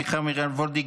מיכל מרים וולדיגר,